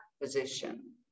position